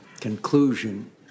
conclusion